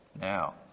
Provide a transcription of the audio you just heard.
Now